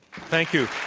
thank you.